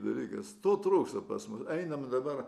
dalykas to trūksta pas mus einam dabar